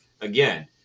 Again